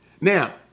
Now